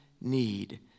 need